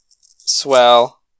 swell